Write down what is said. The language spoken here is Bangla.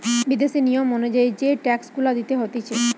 বিদেশি নিয়ম অনুযায়ী যেই ট্যাক্স গুলা দিতে হতিছে